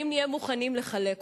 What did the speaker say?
האם נהיה מוכנים לחלק אותה?